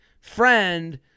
friend